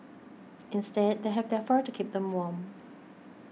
instead they have their fur to keep them warm